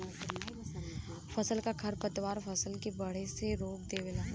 फसल क खरपतवार फसल के बढ़े से रोक देवेला